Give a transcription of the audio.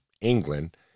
england